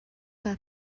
kaa